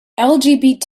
lgbt